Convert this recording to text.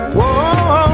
Whoa